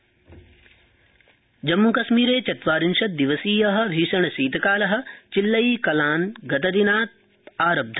जम्मू जम्मूकश्मीरे चत्वारिंशत् दिवसीय भीषण शीतकाल चिल्लई कलान गतदिनतात् आरब्ध